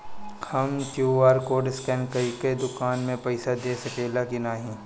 हम QR code scan करके दुकान में पईसा दे सकेला की नाहीं?